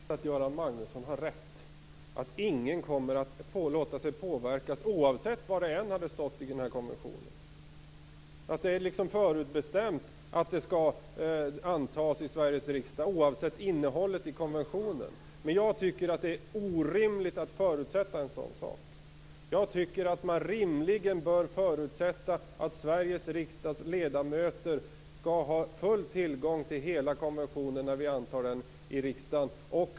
Fru talman! Det är naturligtvis möjligt att Göran Magnusson har rätt, att ingen kommer att låta sig påverkas oavsett vad det står i konventionen. Det är liksom förutbestämt att konventionen skall antas i Sveriges riksdag, oavsett innehållet i den. Men jag tycker att det är orimligt att förutsätta en sådan sak. Jag tycker att man rimligen bör förutsätta att Sveriges riksdags ledamöter skall ha full tillgång till hela konventionen när vi antar den i riksdagen.